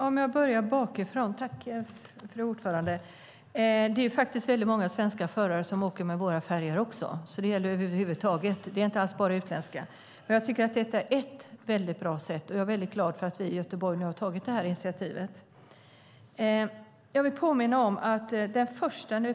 Fru talman! För att börja bakifrån: Det är väldigt många svenska förare som åker med våra färjor, så det gäller över huvud taget. Det är inte alls bara utländska. Men jag tycker att detta är ett väldigt bra sätt, och jag är väldigt glad för att man i Göteborg har tagit det initiativet. Vi pratade om motioner förut.